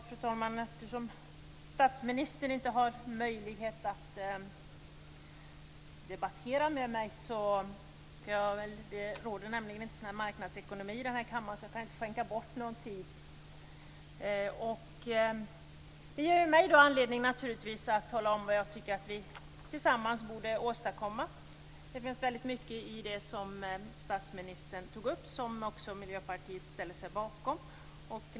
Fru talman! Statsministern har inte möjlighet att debattera med mig. Det råder nämligen inte marknadsekonomi i kammaren, så jag kan inte skänka bort någon talartid. Det ger mig naturligtvis anledning att tala om vad jag tycker att vi tillsammans borde åstadkomma. Väldigt mycket av det som statsministern tog upp ställer sig också Miljöpartiet bakom.